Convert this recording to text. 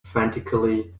frantically